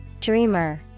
Dreamer